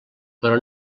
però